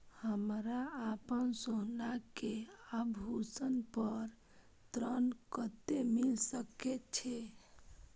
हमरा अपन सोना के आभूषण पर ऋण कते मिल सके छे?